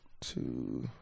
two